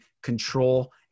control